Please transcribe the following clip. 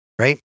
right